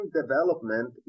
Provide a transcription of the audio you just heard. development